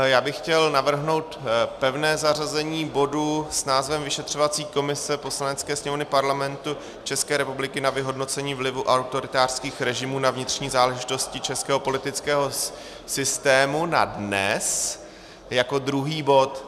Já bych chtěl navrhnout pevné zařazení bodu s názvem vyšetřovací komise Poslanecké sněmovny Parlamentu ČR na vyhodnocení vlivu autoritářských režimů na vnitřní záležitosti českého politického systému na dnes jako druhý bod.